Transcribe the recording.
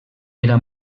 era